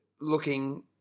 looking